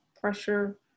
pressure